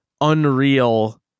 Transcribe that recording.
unreal